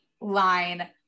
line